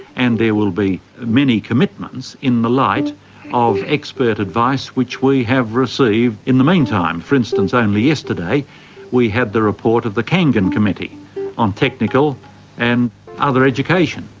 and there will be many commitments in the light of expert advice which we have received in the meantime. for instance, only yesterday we had the report of the kangan committee on technical and other education.